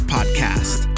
Podcast